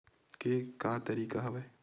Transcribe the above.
के का तरीका हवय?